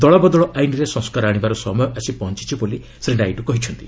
ଦଳବଦଳ ଆଇନରେ ସଂସ୍କାର ଆଣିବାର ସମୟ ଆସି ପହଞ୍ଚିଛି ବୋଲି ଶ୍ରୀ ନାଇଡୁ କହିଛନ୍ତି